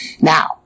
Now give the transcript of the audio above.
Now